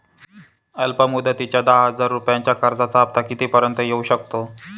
अल्प मुदतीच्या दहा हजार रुपयांच्या कर्जाचा हफ्ता किती पर्यंत येवू शकतो?